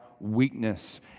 weakness